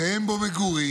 שאין בו מגורים